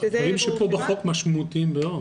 הדברים בחוק משמעותיים מאוד.